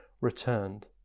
returned